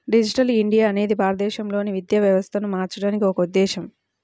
digital India అనేది భారతదేశంలోని విద్యా వ్యవస్థను మార్చడానికి ఒక ఉద్ధేశం